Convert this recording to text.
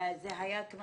זה היה אם